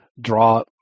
draw